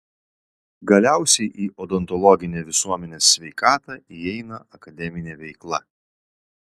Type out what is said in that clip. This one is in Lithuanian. galiausiai į odontologinę visuomenės sveikatą įeina akademinė veikla